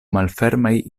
malfermaj